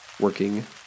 working